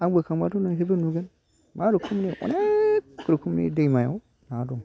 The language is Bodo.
आं बोखांबाथ' नोंसोरबो नुगोन मा रोखोमनि अनेक रोखोमनि दैमायाव ना दं